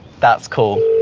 that's cool.